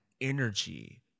energy